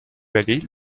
vallée